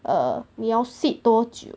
err 你要吸多久